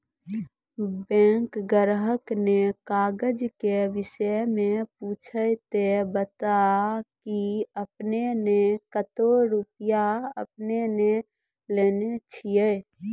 Bank ग्राहक ने काज के विषय मे पुछे ते बता की आपने ने कतो रुपिया आपने ने लेने छिए?